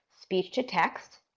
Speech-to-text